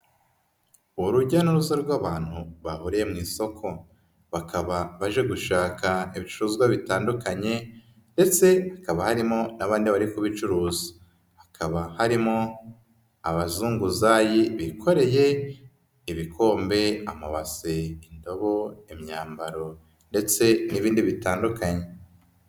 Urujya n'uruza rw'abantu bahuriye mu isoko. Bakaba baje gushaka ibicuruzwa bitandukanye ndetse hakaba harimo n'abandi bari kubicuruza. Hakaba harimo abazunguzayi bikoreye ibikombe, amabase, indobo, imyambaro ndetse n'ibindi bitandukanye.